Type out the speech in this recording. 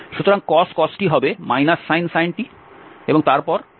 সুতরাং cos t হবে sin t এবং তারপর cos t j